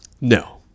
no